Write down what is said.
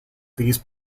these